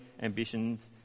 ambitions